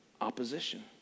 opposition